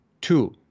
two